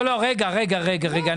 לא, לא, רגע, רגע.